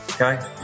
Okay